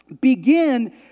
begin